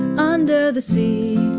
under the sea,